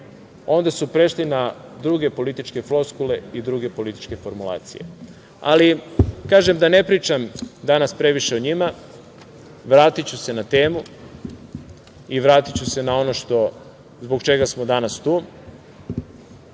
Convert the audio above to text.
onda su prešli na druge političke floskule i druge političke formulacije. Ali da ne pričam danas previše o njima, vratiću se na temu i vratiću se na ono zbog čega smo danas tu. Još